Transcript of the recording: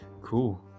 cool